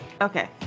Okay